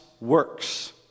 works